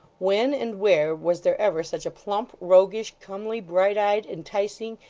when and where was there ever such a plump, roguish, comely, bright-eyed, enticing,